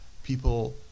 people